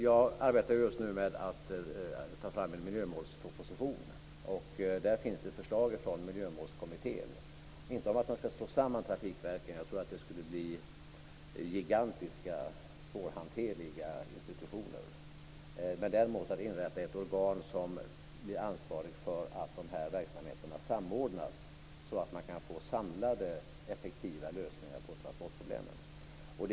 Jag arbetar just nu med att ta fram en miljömålsproposition. Där finns ett förslag från Miljömålskommittén, inte om att slå samman trafikverken - jag tror att det skulle bli gigantiska, svårhanterliga institutioner - men däremot att inrätta ett organ som blir ansvarigt för att dessa verksamheter samordnas, så att man kan få samlade effektiva lösningar på transportproblemen.